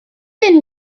and